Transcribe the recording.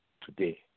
today